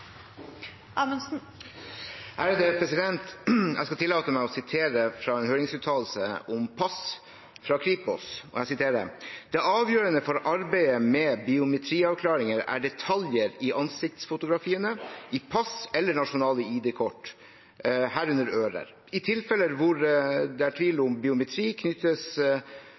Jeg skal tillate meg å sitere fra en høringsuttalelse om pass fra Kripos: «Det avgjørende for arbeidet med biometriavklaringer er detaljer i ansiktsfotografiene i pass eller nasjonale id-kort, herunder ører. I tilfeller hvor tvil om biometri